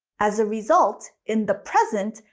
as a result, in the present,